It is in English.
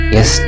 Yes